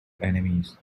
enemies